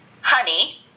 honey